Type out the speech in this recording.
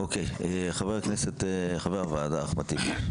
חבר הוועדה אחמד טיבי.